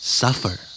suffer